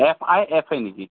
F I F A নেকি